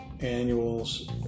annuals